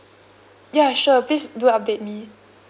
ya sure please do update me